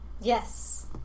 Yes